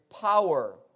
power